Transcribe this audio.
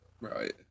Right